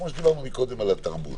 כמו שדיברנו מקודם על התרבות.